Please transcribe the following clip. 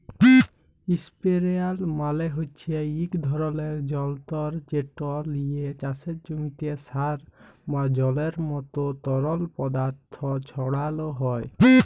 ইসপেরেয়ার মালে হছে ইক ধরলের জলতর্ যেট লিয়ে চাষের জমিতে সার বা জলের মতো তরল পদাথথ ছড়ালো হয়